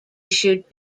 issued